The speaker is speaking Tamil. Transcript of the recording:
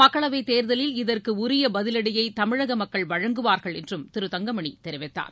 மக்களவைத் தேர்தலில் இதற்கு உரிய பதிவடியை தமிழக மக்கள் வழங்குவார்கள் என்றும் திரு தங்கமணி தெரிவித்தார்